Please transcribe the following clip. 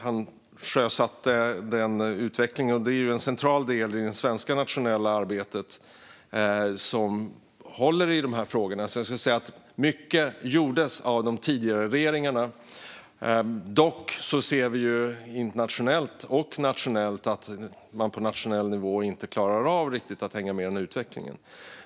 Han sjösatte den utvecklingen, och det är ju en central del i det svenska nationella arbetet som håller i de här frågorna. Jag skulle alltså säga att mycket gjordes av de tidigare regeringarna. Dock ser vi internationellt och nationellt att man på nationell nivå inte riktigt klarar av att hänga med i den här utvecklingen.